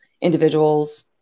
individuals